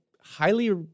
highly